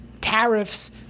tariffs